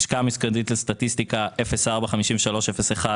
תכנית 045301